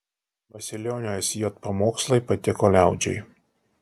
masilionio sj pamokslai patiko liaudžiai